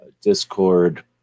Discord